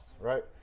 right